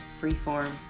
Freeform